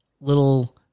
little